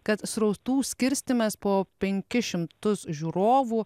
kad srautų skirstymas po penkis šimtus žiūrovų